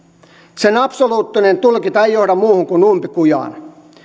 sen absoluuttinen tulkinta ei johda muuhun kuin umpikujaan